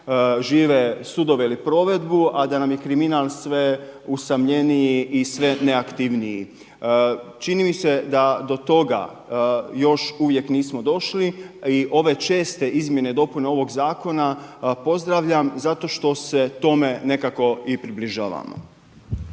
žive sudove ili provedbu, a da nam je kriminal sve usamljeniji i sve neaktivniji. Čini mi se da do toga još uvijek nismo došli i ove česte izmjene i dopune ovog zakona pozdravljam zato što se tome nekako i približavamo.